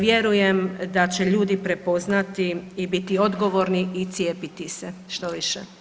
Vjerujem da će ljudi prepoznati i biti odgovorni i cijepiti se što više.